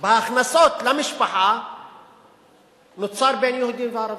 בהכנסות למשפחה נוצר בין יהודים לערבים.